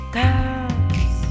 girls